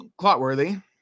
Clotworthy